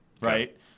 right